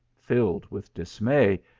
filled with dismay,